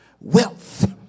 wealth